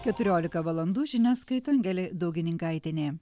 keturiolika valandų žinias skaito angelė daugininkaitienė